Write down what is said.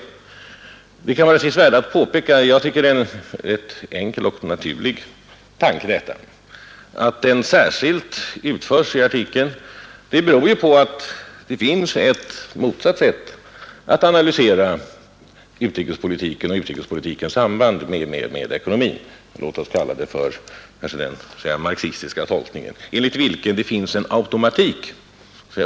Det kan vara av ett visst värde att påpeka detta. Jag tycker att det är en rätt enkel och naturlig tanke. Att den särskilt utvecklas i artikeln beror på att det finns ett motsatt sätt att analysera utrikespolitikens samband med ekonomin — låt oss kalla det för den marxistiska tolkningen — enligt vilken det finns en sådan automatik.